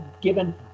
given